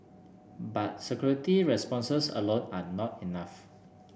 but security responses alone are not enough